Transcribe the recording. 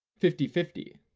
fifty-fifty.